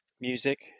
music